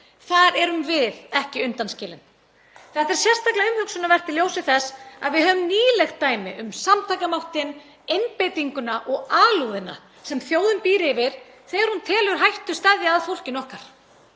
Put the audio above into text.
Þar erum við ekki undanskilin. Þetta er sérstaklega umhugsunarvert í ljósi þess að við höfum nýlegt dæmi um samtakamáttinn, einbeitinguna og alúðina sem þjóðin býr yfir þegar hún telur hættu steðja að fólkinu okkar.